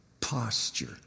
posture